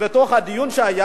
בדיון שהיה,